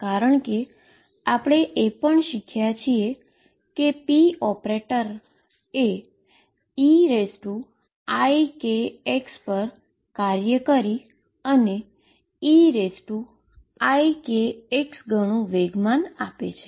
કારણ કે આપણે એ પણ શીખ્યા છે કે pop એ eikx પર કાર્ય કરી અને eikx ગણુ મોમેન્ટમ આપે છે